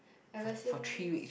ever since